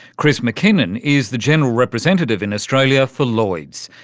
chris mackinnon is the general representative in australia for lloyd's,